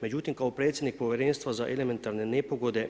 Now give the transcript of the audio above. Međutim, kao predsjednik Povjerenstva za elementarne nepogode,